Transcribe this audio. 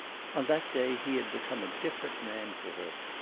on that day he had become a different man for her.